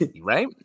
Right